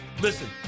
Listen